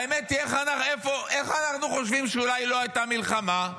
האמת, איך אנחנו חושבים שאולי לא הייתה מלחמה?